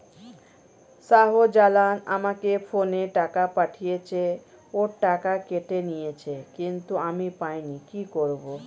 শাহ্জালাল আমাকে ফোনে টাকা পাঠিয়েছে, ওর টাকা কেটে নিয়েছে কিন্তু আমি পাইনি, কি করব?